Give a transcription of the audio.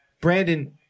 Brandon